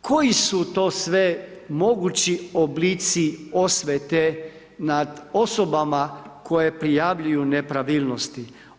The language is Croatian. koji su to sve mogući oblici osvete nad osobama koje prijavljuju nepravilnosti.